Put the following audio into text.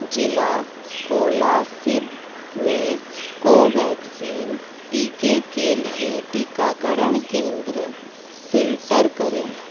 जिला कोलासिब में कोवैक्सीन टीके के लिए टीकाकरण केंद्र फ़िल्टर करें